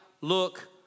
Look